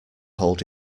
hold